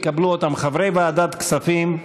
יקבלו אותם חברי ועדת הכספים,